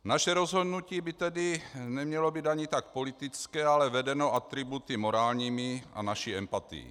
Naše rozhodnutí by tedy nemělo být ani tak politické, ale vedené atributy morálními a naší empatií.